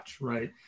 right